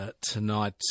tonight